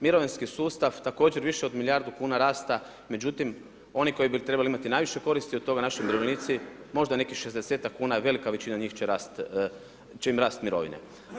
Mirovinski sustav također više od milijardu kuna rasta, međutim oni koji bi trebali imati najviše koristi od toga, naši umirovljenici, možda nekih 60-ak kuna, velika većina njih će im rast mirovine.